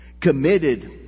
Committed